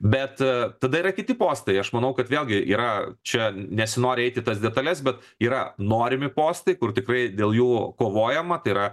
bet tada yra kiti postai aš manau kad vėlgi yra čia nesinori eit į tas detales bet yra norimi postai kur tikrai dėl jų kovojama tai yra